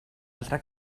altra